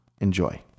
Enjoy